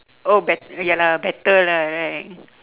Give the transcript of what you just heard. oh bet~ ya lah better lah right